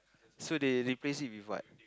so they replace it with what